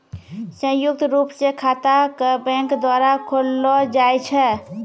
संयुक्त रूप स खाता क बैंक द्वारा खोललो जाय छै